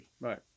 Right